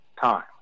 time